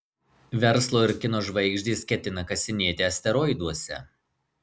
verslo ir kino žvaigždės ketina kasinėti asteroiduose